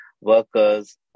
workers